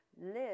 live